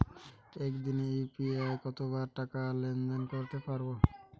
একদিনে ইউ.পি.আই কতবার টাকা লেনদেন করতে পারব?